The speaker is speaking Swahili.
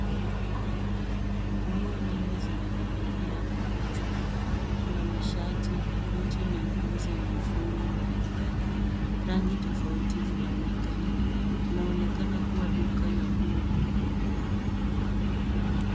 Nguo nyingi zimening'inia kwenye chuma. Kuna mashati, koti na nguo za mifumo mbalimbali. Rangi tofauti zinaonekana. Inaonekana kuwa duka la nguo kubwa.